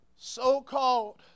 so-called